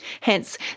Hence